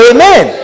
Amen